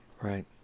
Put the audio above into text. Right